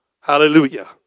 Hallelujah